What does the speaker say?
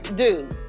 dude